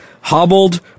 hobbled